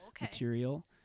material